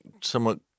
somewhat